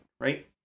right